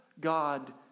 God